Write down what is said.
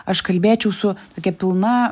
aš kalbėčiau su tokia pilna